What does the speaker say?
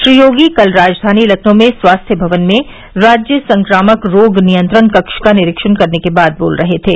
श्री योगी कल राजधानी लखनऊ में स्वास्थ्य भवन में राज्य संक्रामक रोग नियंत्रण कक्ष का निरीक्षण करने के बाद बोल रहे थे